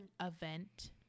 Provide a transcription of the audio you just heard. event